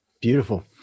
beautiful